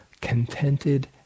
contented